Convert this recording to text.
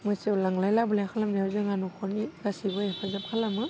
मोसौ लांलाय लाबोलाय खालामनायाव जोंहा नख'रनि गासिबो हेफाजाब खालामो